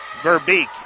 Verbeek